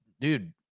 dude